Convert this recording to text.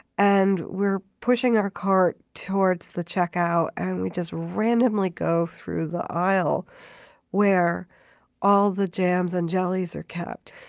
and we're pushing our cart towards the checkout, and we just randomly go through the aisle where all the jams and jellies are kept.